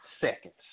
seconds